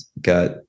got